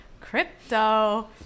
crypto